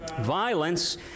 Violence